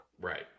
Right